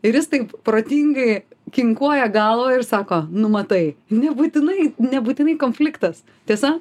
ir jis taip protingai kinkuoja galvą ir sako nu matai nebūtinai nebūtinai konfliktas tiesa